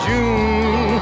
June